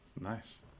Nice